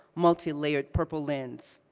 multi-layered purple lens.